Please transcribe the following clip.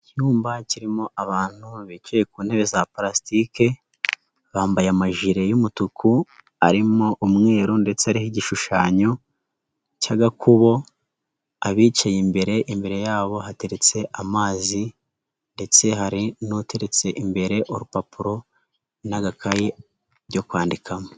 Icyumba kirimo abantu bicaye ku ntebe za palastike, bambaye amajire y'umutuku arimo umweru ndetse hariho igishushanyo cy'agakubo, abicaye imbere imbere yabo hateretse amazi ndetse hari n'uteretse imbere urupapuro n'agakaye byo kwandikamo.